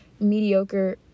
mediocre